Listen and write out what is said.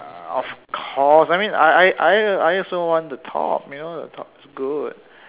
of course I mean I I also want the top you know the top is good